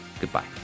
goodbye